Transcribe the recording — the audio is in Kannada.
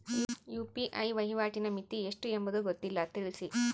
ಯು.ಪಿ.ಐ ವಹಿವಾಟಿನ ಮಿತಿ ಎಷ್ಟು ಎಂಬುದು ಗೊತ್ತಿಲ್ಲ? ತಿಳಿಸಿ?